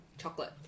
Chocolate